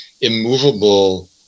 immovable